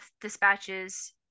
dispatches